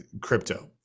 crypto